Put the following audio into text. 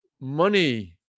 money